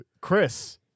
chris